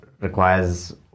requires